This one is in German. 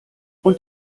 und